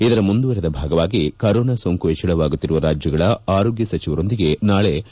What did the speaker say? ಇದರ ಮುಂದುವರೆದ ಭಾಗವಾಗಿ ಕೊರೊನಾ ಸೋಂಕು ಹೆಚ್ಚಳವಾಗುತ್ತಿರುವ ರಾಜ್ಯಗಳ ಆರೋಗ್ಯ ಸಚಿವರೊಂದಿಗೆ ನಾಳೆ ಡಾ